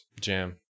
jam